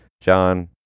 John